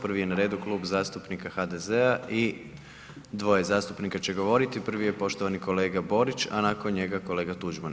Prvi je na redu Klub zastupnika HDZ-a i dvoje zastupnika će govoriti, prvi je poštovani kolega Borić, a nakon njega kolega Tuđman.